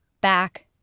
back